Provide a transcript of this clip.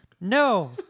No